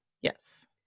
Yes